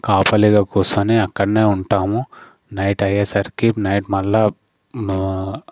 కాపలిగా కూర్చొని అక్కడనే ఉంటాము నైట్ అయ్యేసరికి నైట్ మళ్ళా నా